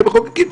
כמחוקקים,